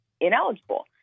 ineligible